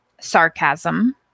sarcasm